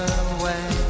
away